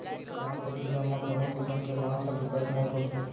बांस के किसम म कोनो किसम के बांस ह बिकट मोठ होथे